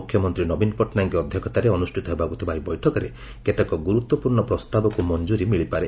ମୁଖ୍ୟମନ୍ତୀ ନବୀନ ପଟ୍ଟନାୟକଙ୍କ ଅଧ୍ୟକ୍ଷତାରେ ଅନୁଷିତ ହେବାକୁଥିବା ଏହି ବୈଠକରେ କେତେକ ଗୁରୁତ୍ୱପୂର୍ଷ ପ୍ରସ୍ତାବକୁ ମଞ୍ଚୁରୀ ମିଳିପାରେ